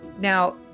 Now